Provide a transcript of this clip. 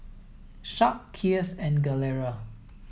Sharp Kiehl's and Gelare